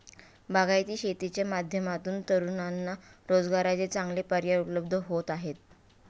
बागायती शेतीच्या माध्यमातून तरुणांना रोजगाराचे चांगले पर्याय उपलब्ध होत आहेत